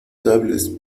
cables